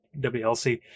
wlc